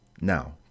Now